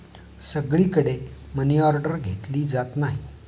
सगळीकडे मनीऑर्डर घेतली जात नाही